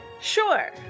sure